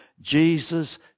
Jesus